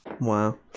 Wow